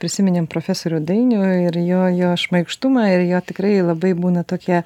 prisiminėm profesorių dainių ir jo jo šmaikštumą ir jo tikrai labai būna tokie